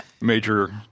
major